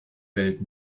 welt